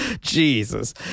Jesus